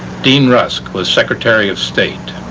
dean rusk was secretary of state,